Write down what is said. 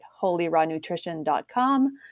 holyrawnutrition.com